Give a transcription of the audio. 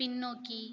பின்னோக்கி